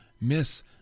miss